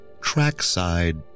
trackside